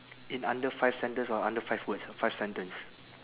in under five sentence or under five words five sentence